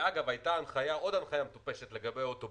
דרך אגב, הייתה עוד הנחייה מטופשת לגבי אוטובוסים,